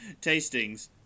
tastings